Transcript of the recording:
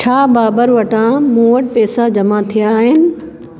छा बाबर वटां मूं वटि पैसा जमा थिया आहिनि